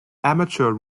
amateur